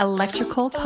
Electrical